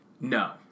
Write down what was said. No